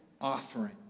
offering